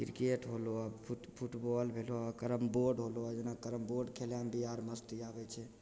cricket होलो football भेलो carrom board होलो जेना कैरमबोर्ड खेलयमे भी आर मस्ती आबय छै